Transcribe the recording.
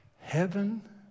Heaven